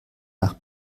nach